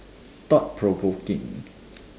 thought provoking